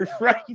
right